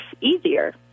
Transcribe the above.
easier